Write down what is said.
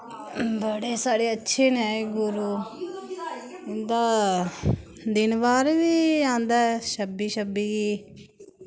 बड़े साढ़े अच्छे न एह् गुरु इं'दा दिन बार बी औंदा ऐ छब्बी छब्बी गी